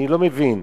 אני לא מבין,